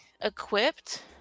equipped